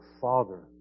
Father